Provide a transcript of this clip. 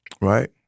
right